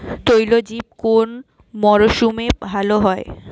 তৈলবীজ কোন মরশুমে ভাল হয়?